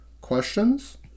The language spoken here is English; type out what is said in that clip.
questions